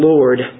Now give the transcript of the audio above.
Lord